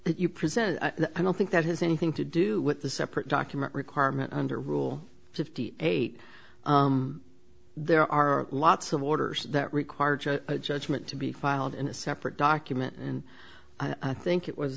you present i don't think that has anything to do with the separate document requirement under rule fifty eight there are lots of orders that require judgment to be filed in a separate document and i think it was